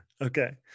okay